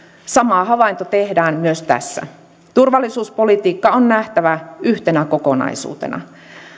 sama havainto tehdään myös tässä turvallisuuspolitiikka on nähtävä yhtenä kokonaisuutena